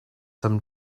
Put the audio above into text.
some